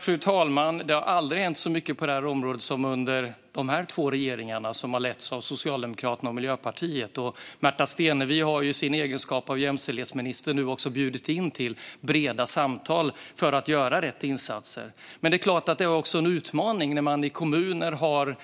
Fru talman! Det har aldrig hänt så mycket på det här området som under de här två regeringarna, som har letts av Socialdemokraterna och Miljöpartiet. Märta Stenevi har i sin egenskap av jämställdhetsminister nu också bjudit in till breda samtal för att göra rätt insatser. Men det är klart att det är en utmaning när man i kommuner har